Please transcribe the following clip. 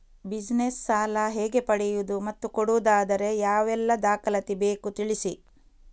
Business ಸಾಲ ಹೇಗೆ ಪಡೆಯುವುದು ಮತ್ತು ಕೊಡುವುದಾದರೆ ಯಾವೆಲ್ಲ ದಾಖಲಾತಿ ಬೇಕು ತಿಳಿಸಿ?